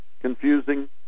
confusing